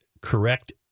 correct